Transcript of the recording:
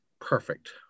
Perfect